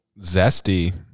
Zesty